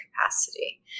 capacity